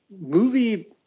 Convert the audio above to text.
movie